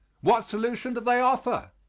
what solution do they offer?